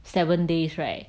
seven days right